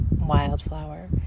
wildflower